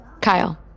Kyle